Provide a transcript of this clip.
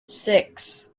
six